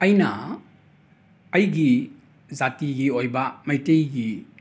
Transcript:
ꯑꯩꯅ ꯑꯩꯒꯤ ꯖꯥꯇꯤꯒꯤ ꯑꯣꯏꯕ ꯃꯩꯇꯩꯒꯤ